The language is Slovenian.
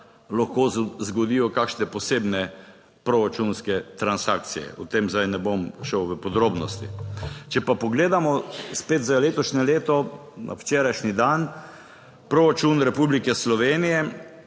lahko zgodijo kakšne posebne proračunske transakcije: o tem zdaj ne bom šel v podrobnosti. Če pa pogledamo spet za letošnje leto, na včerajšnji dan, proračun Republike Slovenije,